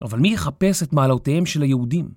אבל מי יחפש את מעלותיהם של היהודים?